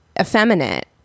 effeminate